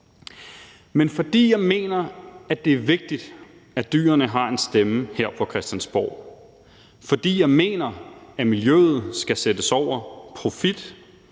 Men fordi jeg mener, at det er vigtigt, at dyrene har en stemme her på Christiansborg, fordi jeg mener, at miljøet skal sættes over profitten,